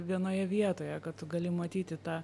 vienoje vietoje kad tu gali matyti tą